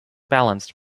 balanced